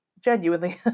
genuinely